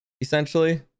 essentially